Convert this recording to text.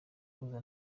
kuza